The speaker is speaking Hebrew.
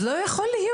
זה לא יכול להיות.